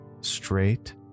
straight